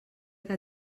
que